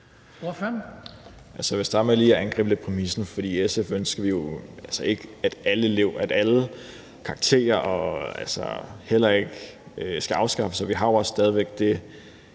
(SF): Jeg vil starte med lige at angribe præmissen, for i SF ønsker vi jo altså ikke, at alle karakterer skal afskaffes. Vi har jo også stadig væk det